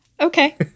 Okay